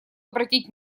обратить